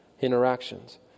interactions